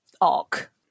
arc